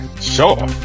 Sure